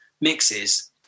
mixes